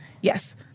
Yes